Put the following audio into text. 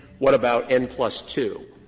what about n plus two?